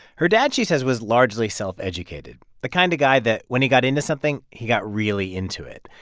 her dad, she says, was largely self-educated, the kind of guy that when he got into something, he got really into it.